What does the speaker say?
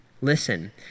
listen